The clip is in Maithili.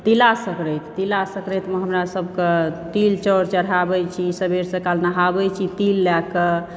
तिला संक्रांतिमे हमरासभके तिल चाउर चढ़ाबै छी सबेर सकाल नहाबै छी तिल लऽ कऽ